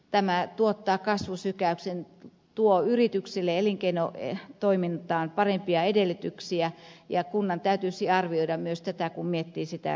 tämä tuottaa kasvusykäyksen tuo yrityksille elinkeinotoimintaan parempia edellytyksiä ja kunnan täytyisi arvioida myös tätä kun miettii sitä resursointia